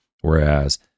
whereas